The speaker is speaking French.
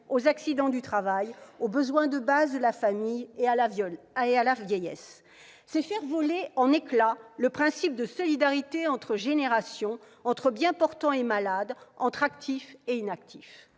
aux accidents du travail, aux besoins de base de la famille et à la vieillesse. C'est faire voler en éclats le principe de solidarité entre générations, entre bien portants et malades, entre actifs et inactifs.